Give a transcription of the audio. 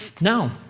No